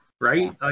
right